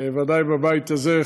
ודאי בבית הזה,